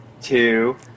two